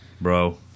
Bro